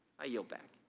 i yield back.